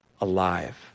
alive